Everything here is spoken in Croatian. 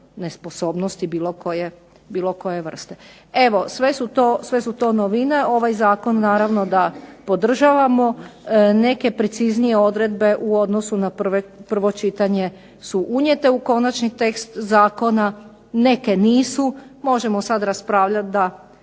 nesposobnosti bilo koje vrste. Evo, sve su to novine, ovaj Zakon naravno da podržavamo, neke preciznije odredbe u odnosu na prvo čitanje su unijete u Konačni tekst zakona, neke nisu, možemo sada raspravljati da